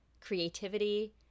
creativity